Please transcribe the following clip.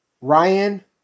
Ryan